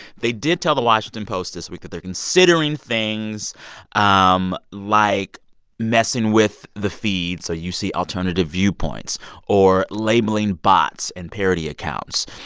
they did tell the washington post this week that they're considering things um like messing with the feed so you see alternative viewpoints or labeling bots and parody accounts.